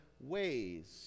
ways